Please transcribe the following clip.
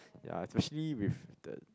ya especially with that